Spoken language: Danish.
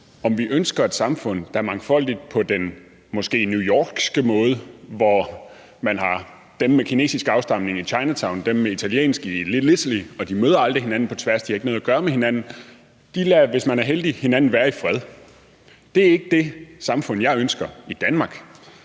om vi ønsker et samfund, der er mangfoldigt på den New Yorkske måde, hvor man har dem med kinesisk afstamning i China Town og dem med italiensk i Little Italy, og de møder aldrig hinanden på tværs, og de har ikke noget at gøre med hinanden. De lader, hvis man er heldig, hinanden være i fred. Det er ikke det samfund, jeg ønsker i Danmark,